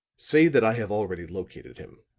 say that i have already located him.